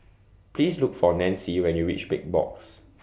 Please Look For Nancie when YOU REACH Big Box